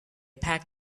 packed